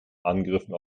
angriffen